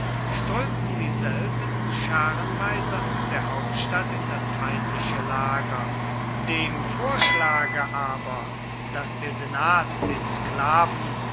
strömten dieselben scharenweise aus der hauptstadt in das feindliche lager dem vorschlage aber daß der senat den sklaven